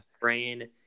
brain